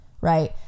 right